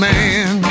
Man